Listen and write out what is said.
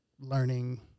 learning –